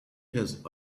has